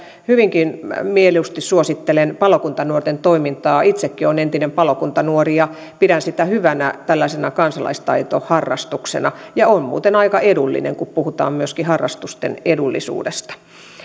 hyvinkin mieluusti suosittelen palokuntanuorten toimintaa itsekin olen entinen palokuntanuori ja pidän sitä hyvänä tällaisena kansalaistaitoharrastuksena ja on muuten aika edullinen kun puhutaan myöskin harrastusten edullisuudesta